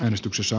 äänestyksessä